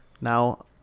Now